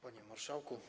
Panie Marszałku!